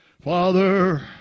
Father